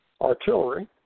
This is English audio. artillery